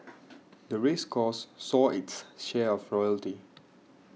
the race course saw its share of royalty